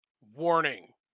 warning